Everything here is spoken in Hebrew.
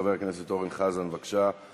חבר הכנסת אורן חזן, בבקשה.